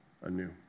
anew